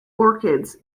orchids